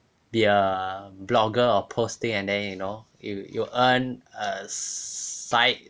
be a blogger or post thing and then you know if you earn a side